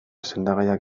sendagaiak